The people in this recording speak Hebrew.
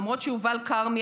למרות שיובל כרמי,